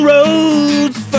Roads